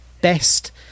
best